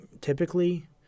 typically